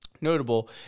Notable